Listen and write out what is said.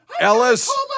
Ellis